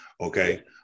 Okay